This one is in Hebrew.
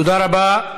תודה רבה.